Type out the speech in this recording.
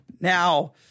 Now